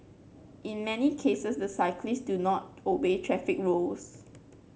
in many cases the cyclist do not obey traffic rules